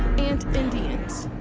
and indians.